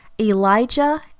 Elijah